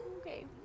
Okay